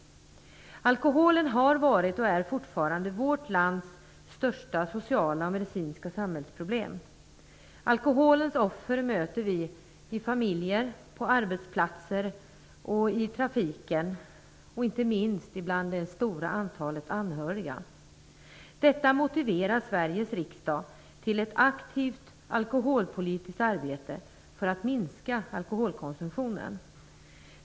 Alkoholen har varit och är fortfarande vårt lands största sociala och medicinska samhällsproblem. Alkoholens offer möter vi i familjer, på arbetsplatser och i trafiken, och inte minst ibland det stora antalet anhöriga. Detta motiverar Sveriges riksdag till ett aktivt alkoholpolitiskt arbete för att minska alkoholkonsumtionen.